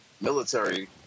military